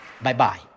bye-bye